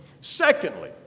Secondly